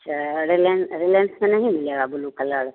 अच्छा रिला रिलायन्स में नहीं मिलेगा ब्ल्यू कलर